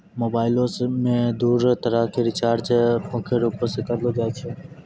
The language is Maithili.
मोबाइलो मे दू तरह के रीचार्ज मुख्य रूपो से करलो जाय छै